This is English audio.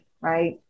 right